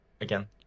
again